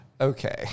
okay